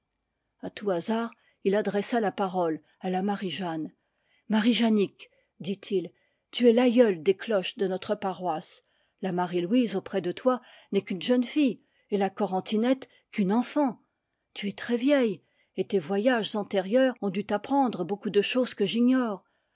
tout hasard il adressa la parole à la marie-jeanne marie janic dit-il tu es l'aïeule des cloches de notre paroisse la marie-louise auprès de toi n'est qu'une jeune fille et la corentinette qu'une enfant tu es très vieille et tes voyages antérieurs ont dû t'apprendre beaucoup de choses que